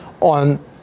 on